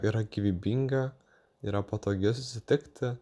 yra gyvybinga yra patogi susitikti